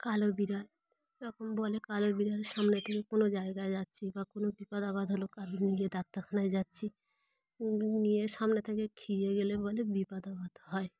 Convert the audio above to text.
কালো বিড়াল এরকম বলে কালো বিড়াল সামনে থেকে কোনো জায়গায় যাচ্ছি বা কোনো বিপাদ আপদ হলো কালো নিয়ে ডাক্তারখানায় যাচ্ছি নিয়ে সামনে থেকে খেয়ে গেলে বলে বিপদ আপদ হয়